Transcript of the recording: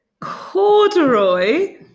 corduroy